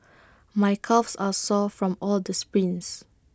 my calves are sore from all the sprints